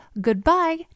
goodbye